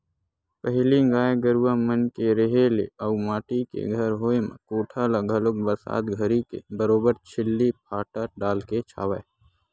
पहिली गाय गरुवा मन के रेहे ले अउ माटी के घर होय म कोठा ल घलोक बरसात घरी के बरोबर छिल्ली फाटा डालके छावय